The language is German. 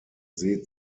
see